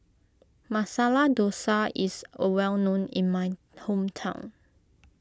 Masala Dosa is a well known in my hometown